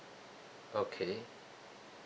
okay